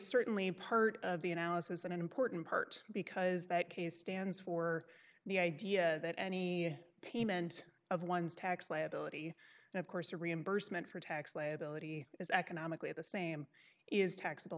certainly part of the analysis and an important part because that case stands for the idea that any payment of one's tax liability and of course a reimbursement for tax liability is economically the same is taxable